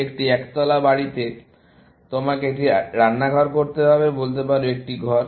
একটি একতলা বাড়িতে তোমাকে একটি রান্নাঘর করতে হবে বলতে পারো একটি ঘর